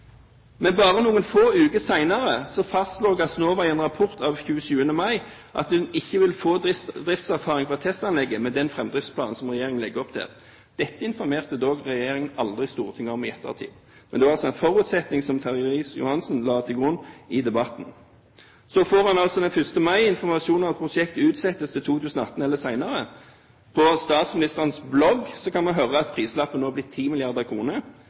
Men bare noen få uker senere fastslo Gassnova i en rapport av 27. mai at en ikke ville få driftserfaring fra testanlegget med den framdriftsplanen som regjeringen la opp til. Dette informerte regjeringen dog aldri Stortinget om i ettertid. Men det var altså en forutsetning som statsråd Terje Riis-Johansen la til grunn i debatten. Så får han altså den 1. mai informasjon om at prosjektet utsettes til 2018 eller senere. På statsministerens blogg kan man se at prislappen nå